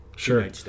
Sure